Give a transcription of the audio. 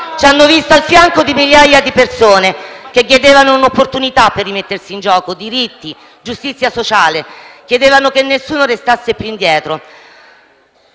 ci hanno visti al fianco di migliaia di persone che chiedevano un'opportunità per rimettersi in gioco, diritti, giustizia sociale, chiedevano che nessuno restasse più indietro.